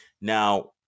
Now